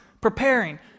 preparing